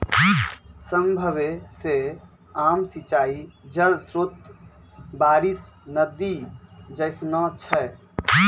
सभ्भे से आम सिंचाई जल स्त्रोत बारिश, नदी जैसनो छै